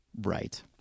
Right